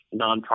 nonprofit